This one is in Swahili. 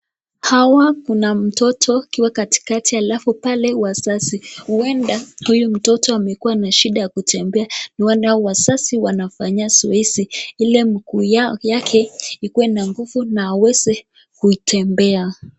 Hawa kuna mtoto akiwa katikati alafu pale wazazi, huenda huyu mtoto amekua na shida ya kutembea huenda wazazi wanafanya zoezi ile mguu yake ikue na nguvu na aweze kutembea.